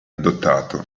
adottato